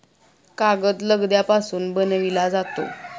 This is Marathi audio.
कागद लगद्यापासून बनविला जातो